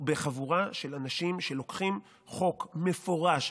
בחבורה של אנשים שלוקחים חוק מפורש,